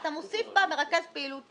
אתה מוסיף בה מרכז פעילות עסקית,